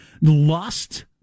lust